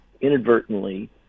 inadvertently